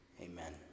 Amen